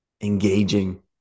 engaging